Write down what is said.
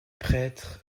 prêtre